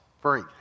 free